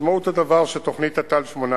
משמעות הדבר היא שתוכנית תת"ל 18